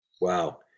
Wow